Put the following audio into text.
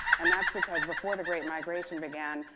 and that's because before the great migration began,